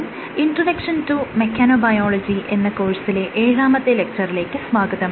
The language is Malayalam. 'ഇൻട്രൊഡക്ഷൻ ടു മെക്കാനോബയോളജി എന്ന കോഴ്സിലെ ഏഴാമത്തെ ലെക്ച്ചറിലേക്ക് സ്വാഗതം